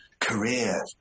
career